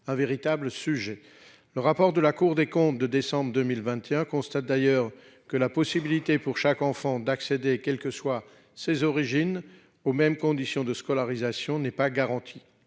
un véritable sujet, le rapport de la Cour des comptes de décembre 2021, constate d'ailleurs que la possibilité pour chaque enfant d'accéder, quelles que soient ses origines, aux mêmes conditions de scolarisation n'est pas garantie.